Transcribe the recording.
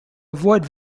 avoid